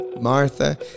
Martha